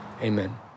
Amen